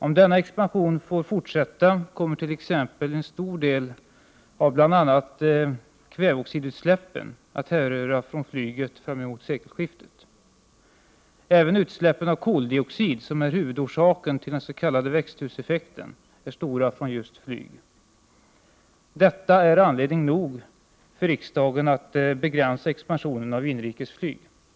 Om denna expansion får fortsätta kommer t.ex. en stor del av bl.a. kväveoxidutsläppen fram emot sekelskiftet att härröra från flyget Även utsläppen av koldioxid, som är huvudorsaken till den s.k. växthuseffekten, är stora från just flyget. Detta är anledning nog för riksdagen att begränsa expansionen av inrikesflyg.